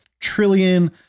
trillion